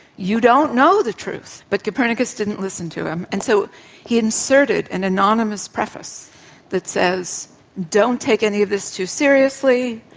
you don't know the truth. but copernicus didn't listen to him and so he inserted an anonymous preface that says don't take any of this too seriously.